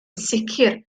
sicr